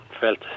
felt